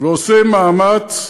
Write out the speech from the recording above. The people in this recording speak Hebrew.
ועושה מאמץ,